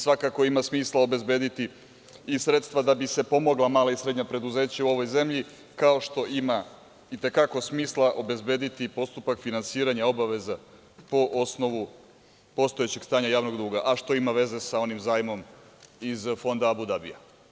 Svakako ima smisla obezbediti i sredstva da bi se pomogla mala i srednja preduzeća u ovoj zemlji, kao što ima i te kako smisla obezbediti postupak finansiranja obaveza po osnovu postojećeg stanja javnog duga, a što ima veze sa onim zajmom iz Fonda Abu Dabija.